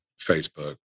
Facebook